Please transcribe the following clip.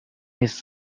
نیست